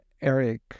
Eric